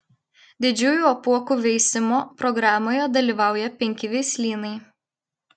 didžiųjų apuokų veisimo programoje dalyvauja penki veislynai